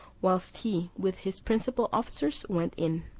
whilst he with his principal officers went in.